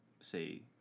say